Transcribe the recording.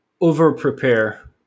Over-prepare